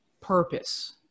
purpose